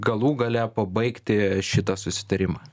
galų gale pabaigti šitą susitarimą